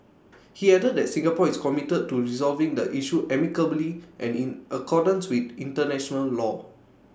he added that Singapore is committed to resolving the issue amicably and in accordance with International law